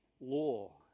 law